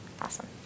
Awesome